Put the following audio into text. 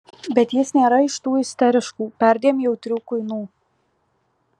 bet jis nėra iš tų isteriškų perdėm jautrių kuinų